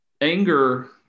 anger